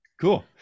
cool